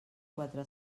quatre